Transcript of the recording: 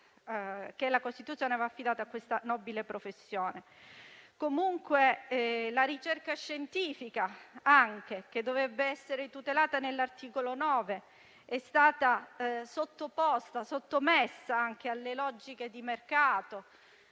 la ricerca scientifica, che dovrebbe essere tutelata dall'articolo 9, è stata sottomessa alle logiche di mercato,